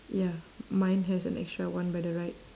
ya mine has an extra one by the right